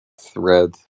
Thread